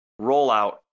rollout